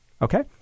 Okay